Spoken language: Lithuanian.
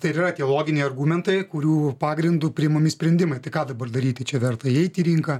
tai ir yra tie loginiai argumentai kurių pagrindu priimami sprendimai tai ką dabar daryti čia verta įeiti į rinką